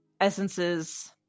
essences